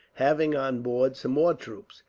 having on board some more troops,